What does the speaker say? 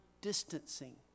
distancing